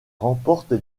remporte